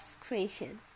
creation